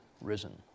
risen